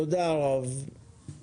תודה, הרב מרגי.